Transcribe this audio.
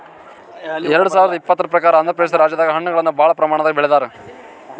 ಎರಡ ಸಾವಿರದ್ ಇಪ್ಪತರ್ ಪ್ರಕಾರ್ ಆಂಧ್ರಪ್ರದೇಶ ರಾಜ್ಯದಾಗ್ ಹಣ್ಣಗಳನ್ನ್ ಭಾಳ್ ಪ್ರಮಾಣದಾಗ್ ಬೆಳದಾರ್